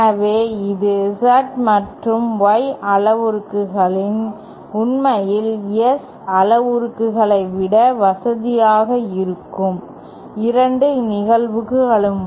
எனவே இது Z மற்றும் Y அளவுருக்கள் உண்மையில் S அளவுருக்கள் விட வசதியாக இருக்கும் 2 நிகழ்வுகளாகும்